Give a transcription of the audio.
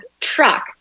truck